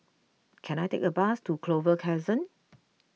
can I take a bus to Clover Crescent